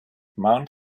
mount